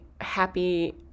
happy